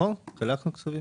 חילקנו כספים